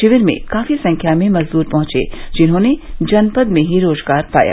शिविर में काफी संख्या में मजदूर पहुंचे जिन्होंने जनपद मे ही रोजगार पाया